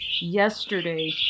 yesterday